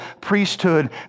priesthood